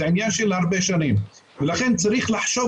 זה עניין של הרבה שנים ולכן צריך לחשוב